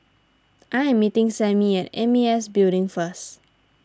I am meeting Sammy at M A S Building first